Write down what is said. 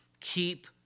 keep